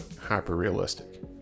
hyper-realistic